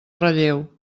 relleu